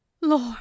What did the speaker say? lord